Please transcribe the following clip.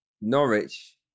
Norwich